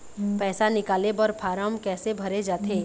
पैसा निकाले बर फार्म कैसे भरे जाथे?